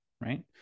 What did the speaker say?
Right